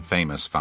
Famous